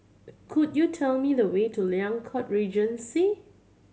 could you tell me the way to Liang Court Regency